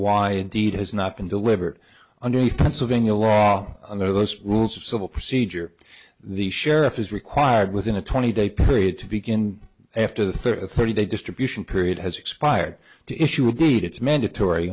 why indeed has not been delivered underneath pennsylvania law under those rules of civil procedure the sheriff is required within a twenty day period to begin after the thirty thirty day distribution period has expired to issue a deed it's mandatory